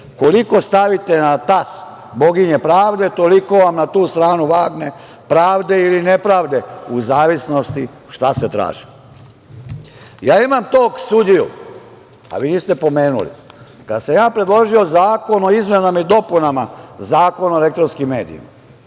koliko stavite na tas boginje pravde, toliko vam na tu stranu vagne pravde ili nepravde, u zavisnosti šta se traži. Ja imam tog sudiju, a vi niste pomenuli, kada sam ja predložio zakon o izmenama i dopunama Zakona o elektronskim medijima,